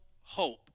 hope